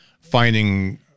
finding